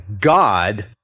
God